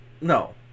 no